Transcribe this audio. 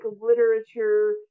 literature